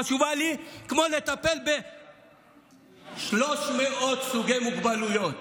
חשובה לי כמו לטפל בעוד 300 סוגי מוגבלויות